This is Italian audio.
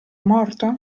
morto